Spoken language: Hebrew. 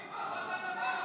בושה וחרפה.